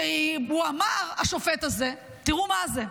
כי הוא אמר, השופט הזה, תראו מה זה: